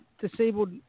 disabled